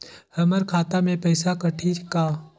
हमर खाता से पइसा कठी का?